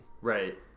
right